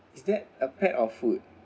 is that a pet or food